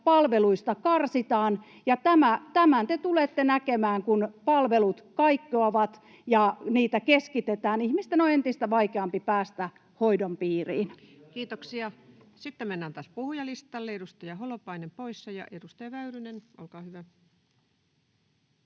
palveluista karsitaan. Tämän te tulette näkemään, kun palvelut kaikkoavat ja niitä keskitetään. Ihmisten on entistä vaikeampi päästä hoidon piiriin. [Mauri Peltokangas: Siirryttiin jälleen pelottelulinjalle!] Kiitoksia. — Sitten mennään taas puhujalistalle. Edustaja Holopainen poissa. — Edustaja Väyrynen, olkaa hyvä.